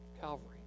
Calvary